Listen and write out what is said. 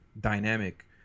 dynamic